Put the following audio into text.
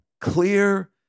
clear